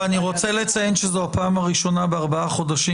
ואני רוצה לציין שזו הפעם הראשונה ב-4 חודשים,